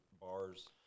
bars